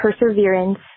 perseverance